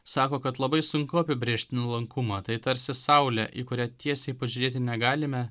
sako kad labai sunku apibrėžti nuolankumą tai tarsi saulė į kurią tiesiai pažiūrėti negalime